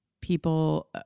people